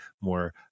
more